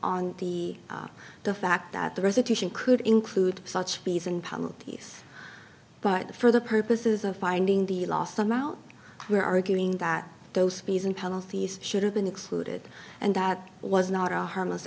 on the the fact that the resolution could include such peace and penalties but for the purposes of finding the last time out we're arguing that those fees and penalties should have been excluded and that was not a harmless